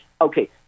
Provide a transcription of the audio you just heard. Okay